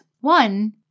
One